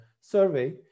survey